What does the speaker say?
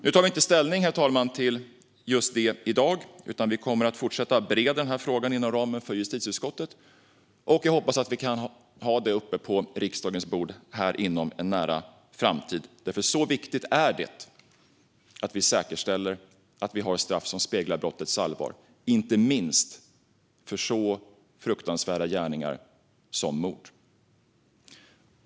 Nu tar vi inte ställning till just detta i dag, herr talman. Vi kommer att fortsätta bereda denna fråga inom ramen för justitieutskottet. Jag hoppas att vi kan ha detta uppe på riksdagens bord inom en nära framtid - så viktigt är det att vi säkerställer att vi har straff som speglar brottets allvar, inte minst för så fruktansvärda gärningar som mord.